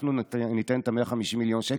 אנחנו ניתן את ה-150 מיליון שקל,